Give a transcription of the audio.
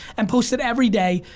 and post it every day.